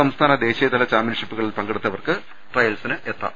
സംസ്ഥാന ദേശീയതല ചാമ്പ്യൻഷിപ്പുകളിൽ പങ്കെടുത്തവർക്ക് ട്രയൽസിനെത്താം